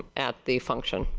um at the function?